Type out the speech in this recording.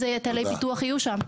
אילו היטלי פיתוח יהיו שם?